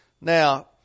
Now